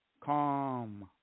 calm